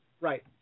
Right